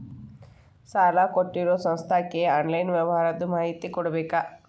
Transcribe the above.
ಸಾಲಾ ಕೊಟ್ಟಿರೋ ಸಂಸ್ಥಾಕ್ಕೆ ಆನ್ಲೈನ್ ವ್ಯವಹಾರದ್ದು ಮಾಹಿತಿ ಕೊಡಬೇಕಾ?